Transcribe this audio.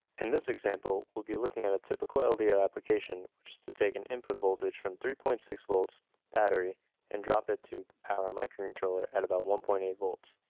in this example, we'll be looking at a typical ldo application, which is to take an input voltage from three point six volts battery and drop it to power microcontroller at about one point eight volts.